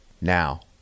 now